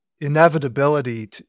inevitability